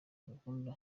gahunda